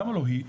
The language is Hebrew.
למה לא היא?